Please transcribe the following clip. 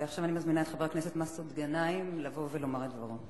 ועכשיו אני מזמינה את חבר הכנסת מסעוד גנאים לבוא ולומר את דברו.